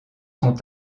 sont